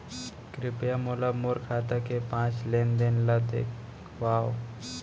कृपया मोला मोर खाता के पाँच लेन देन ला देखवाव